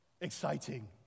Exciting